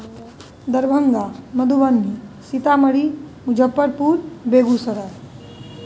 Darbhanga Madhubani Sitamarhi Muzaffarpur Begusarai